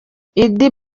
idi